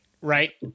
Right